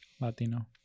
Latino